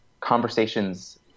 conversations